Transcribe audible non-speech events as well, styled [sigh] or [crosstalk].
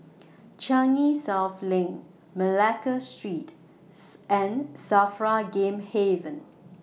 Changi South Lane Malacca Street [unintelligible] and SAFRA Game Haven